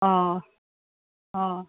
অ অ